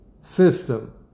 system